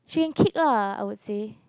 she can kick lah I would say